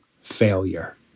failure